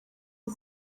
the